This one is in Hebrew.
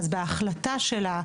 אז בהחלטה שלה,